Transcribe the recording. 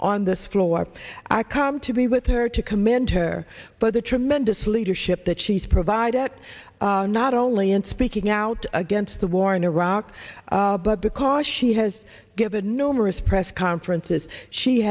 on this floor i come to be with her to commend her for the tremendous leadership that she's provided not only in speaking out against the war in iraq but because she has given numerous press conferences she